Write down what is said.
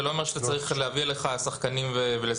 זה לא אומר שאתה צריך להביא אליך שחקנים ולשחק.